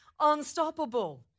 unstoppable